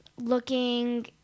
looking